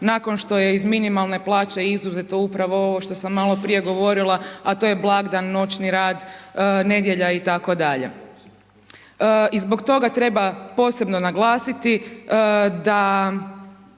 nakon što je iz minimalne plaće izuzeto upravo ovo što sam malo prije govorila, a to je blagdan, noćni rad, nedjelja itd. I zbog toga treba posebno naglasiti da